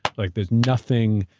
like there's nothing.